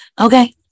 Okay